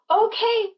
okay